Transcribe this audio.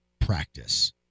practice